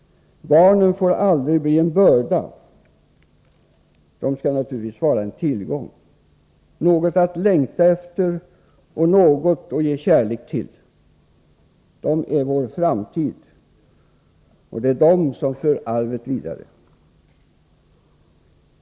Barnen får aldrig bli en börda. De skall självfallet vara en tillgång, något att längta efter och något att ge sin kärlek till. De är vår framtid. Och det är de som för arvet vidare.